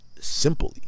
simply